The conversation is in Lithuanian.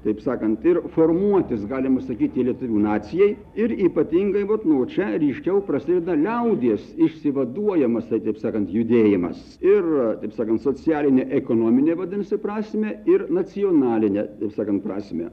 taip sakant ir formuotis galima sakyti lietuvių nacijai ir ypatingai vat nuo čia ryškiau prasideda liaudies išsivaduojamas taip sakant judėjimas ir taip sakant socialinę ekonominę vadinasi prasmę ir nacionalinę taip sakant prasmę